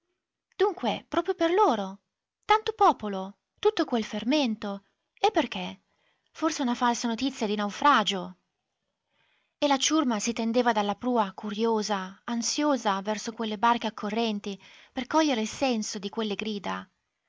dunque proprio per loro tanto popolo tutto quel fermento e perché forse una falsa notizia di naufragio e la ciurma si tendeva dalla prua curiosa ansiosa verso quelle barche accorrenti per cogliere il senso di quelle grida